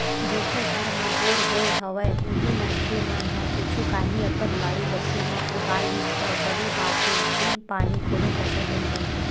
जेखर घर म बोर होय हवय उही मनखे मन ह कुछु काही अपन बाड़ी बखरी म उगा लिस त बने बात हे बिन पानी कोनो फसल नइ होय